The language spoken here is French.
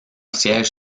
siège